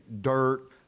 dirt